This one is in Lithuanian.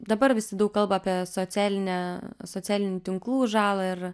dabar visi daug kalba apie socialinę socialinių tinklų žalą ir